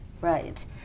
right